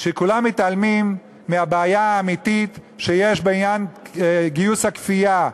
שכולם מתעלמים מהבעיה האמיתית שיש בעניין גיוס הכפייה.